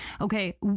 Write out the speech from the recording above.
Okay